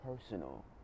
personal